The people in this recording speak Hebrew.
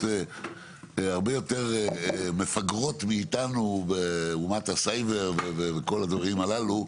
הרבה יותר מפגרות מאתנו באומת הסייבר וכל הדברים הללו,